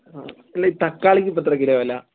അല്ല ഈ തക്കാളിക്ക് ഇപ്പോൾ എത്രയാണ് കിലോ വില